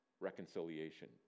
reconciliation